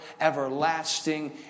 everlasting